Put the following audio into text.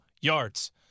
yards